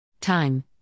Time